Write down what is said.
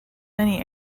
many